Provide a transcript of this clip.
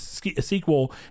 sequel